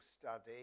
study